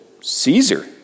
Caesar